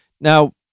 Now